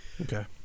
Okay